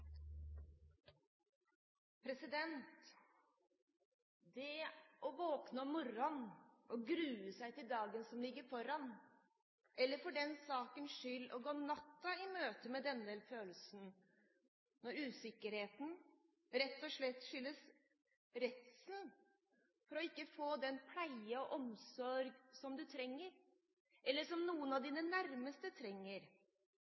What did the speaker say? Det å våkne om morgenen og grue seg til dagen som ligger foran, eller for den sakens skyld å gå natten i møte med denne følelsen, når usikkerheten rett og slett skyldes redselen for ikke å få den pleie og omsorg som du trenger, eller som noen av